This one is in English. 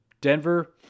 Denver